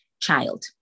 child